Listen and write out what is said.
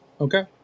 Okay